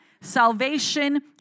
Salvation